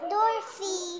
Dorothy